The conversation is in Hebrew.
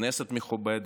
כנסת מכובדת,